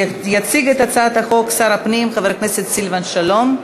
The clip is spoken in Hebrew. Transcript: יציג את הצעת החוק שר הפנים חבר הכנסת סילבן שלום.